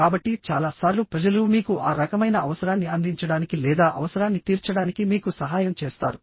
కాబట్టి చాలా సార్లు ప్రజలు మీకు ఆ రకమైన అవసరాన్ని అందించడానికి లేదా అవసరాన్ని తీర్చడానికి మీకు సహాయం చేస్తారు